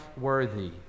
worthy